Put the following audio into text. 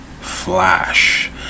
flash